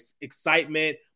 excitement